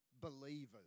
believers